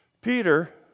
Peter